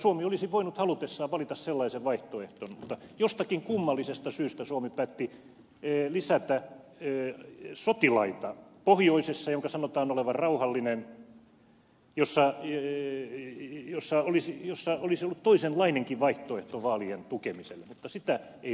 suomi olisi voinut halutessaan valita sellaisen vaihtoehdon mutta jostakin kummallisesta syystä suomi päätti lisätä sotilaita pohjoisessa jonka sanotaan olevan rauhallinen ja jossa olisi ollut toisenlainenkin vaihtoehto vaalien tukemiselle mutta sitä ei valittu